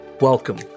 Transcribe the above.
Welcome